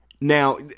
now